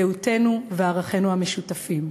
זהותנו וערכינו המשותפים.